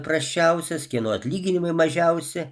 prasčiausias kieno atlyginimai mažiausi